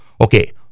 Okay